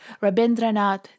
Rabindranath